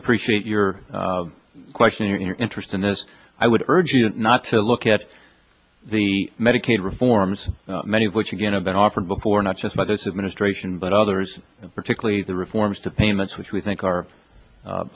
appreciate your question your interest in this i would urge you not to look at the medicaid reforms many of which again have been offered before not just by this administration but others particularly the reforms to payments which we think are a